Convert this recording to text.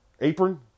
Apron